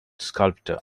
sculptor